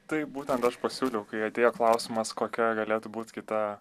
taip būtent aš pasiūliau kai atėjo klausimas kokia galėtų būt kita